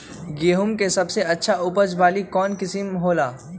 गेंहू के सबसे अच्छा उपज वाली कौन किस्म हो ला?